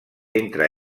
entre